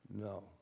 no